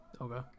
Okay